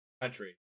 country